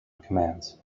commands